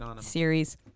series